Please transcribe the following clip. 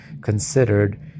considered